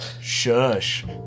shush